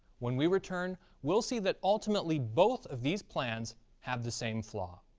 when we return, we'll see that ultimately, both of these plans have the same flaw.